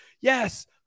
Yes